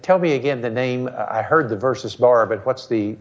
tell me again the name i heard the versus mar but what's the